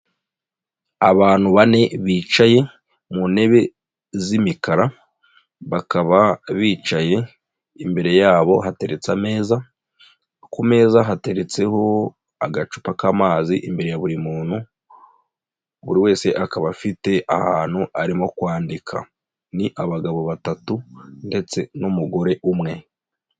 Abantu bane bicaye mu ntebe z'imikara bakaba bicaye imbere yabo hateretse ameza, ku meza hateretseho agacupa k'amazi imbere ya buri muntu buri wese akaba afite ahantu arimo kwandika, ni abagabo batatu ndetse n'umugore umwe.